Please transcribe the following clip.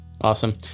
awesome